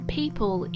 people